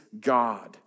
God